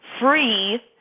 free